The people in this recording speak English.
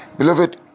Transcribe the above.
Beloved